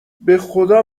بخدا